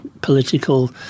political